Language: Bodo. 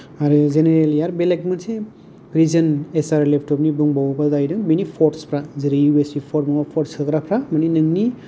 आरो जेनेरेलि आरो बेलेग मोनसे रिजोन एसार लेपतप नि बुंबावोबा जाहैदों बिनि पर्त फ्रा जेरै इउएसबि पर्त माबा पर्त सोग्राफ्रा माने नोंनि